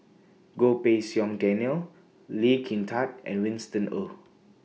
Goh Pei Siong Daniel Lee Kin Tat and Winston Oh